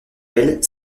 elle